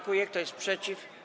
Kto jest przeciw?